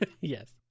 Yes